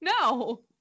No